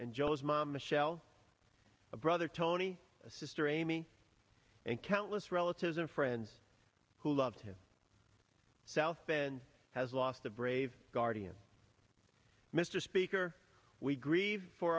and joe's mom michelle a brother tony a sister amy and countless relatives and friends who loved him south bend has lost a brave guardian mr speaker we grieve for